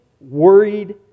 worried